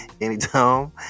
anytime